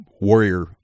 Warrior